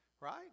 Right